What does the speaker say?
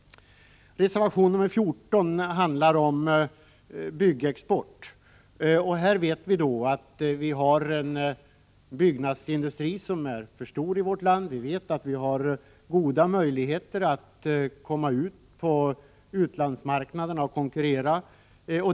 Reservation nr 14 handlar om byggexport. Vi vet att vi i vårt land har en för stor byggnadsindustri. Men vi vet också att det finns goda möjligheter att komma ut på utlandsmarknaderna och konkurrera.